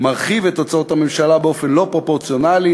מרחיב את הוצאות הממשלה באופן לא פרופורציונלי,